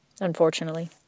Unfortunately